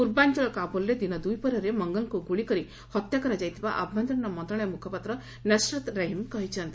ପୂର୍ବାଞ୍ଚଳ କାବୁଲ୍ରେ ଦିନ ଦ୍ୱିପ୍ରହରରେ ମଙ୍ଗଲ୍ଙ୍କୁ ଗୁଳିକରି ହତ୍ୟା କରାଯାଇଥିବା ଆଭ୍ୟନ୍ତରୀଣ ମନ୍ତ୍ରଣାଳୟ ମୁଖପାତ୍ର ନସ୍ରତ୍ ରହିମି କହିଛନ୍ତି